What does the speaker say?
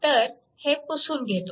तर हे पुसून घेतो